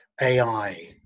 AI